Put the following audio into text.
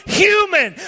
human